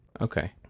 Okay